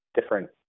different